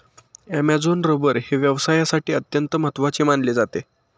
Amazon rubber हे व्यवसायासाठी अत्यंत महत्त्वाचे मानले जाते